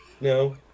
no